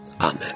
Amen